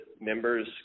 members